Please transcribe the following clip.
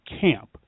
camp